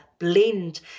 blend